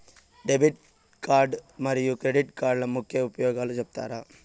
Debit card మరియు credit కార్డుల ముఖ్య ఉపయోగాలు సెప్తారా?